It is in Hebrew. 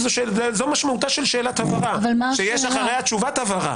זאת משמעותה של שאלת הבהרה שיש אחריה תשובת הבהרה.